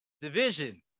division